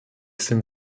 sind